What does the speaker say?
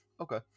okay